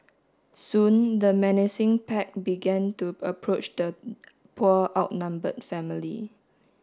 soon the menacing pack began to approach the poor outnumbered family